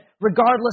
regardless